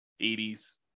80s